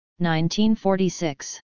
1946